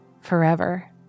forever